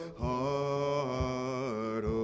heart